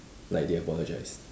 like they apologised